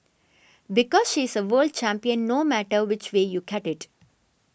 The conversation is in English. because she's a world champion no matter which way you cut it